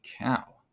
cow